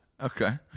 Okay